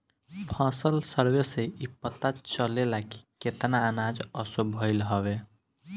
फसल सर्वे से इ पता चलेला की केतना अनाज असो भईल हवे